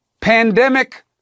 Pandemic